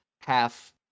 half